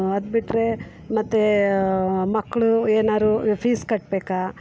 ಅದುಬಿಟ್ರೆ ಮತ್ತು ಮಕ್ಕಳು ಏನಾದ್ರು ಫೀಸ್ ಕಟ್ಟಬೇಕಾ